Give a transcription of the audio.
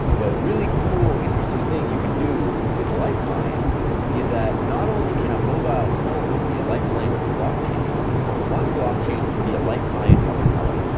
the really cool interesting thing you can do with light clients is that not only can a mobile phone be a light client of a blockchain, but one blockchain can be a light client of another,